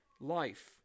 life